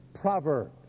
proverb